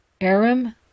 Aram